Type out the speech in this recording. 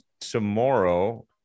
tomorrow